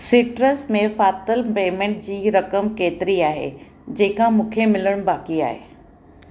citrus में फाथलु payment जी रक़म केतिरी आहे जेका मूंखे मिलणु बाक़ी आहे